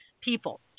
people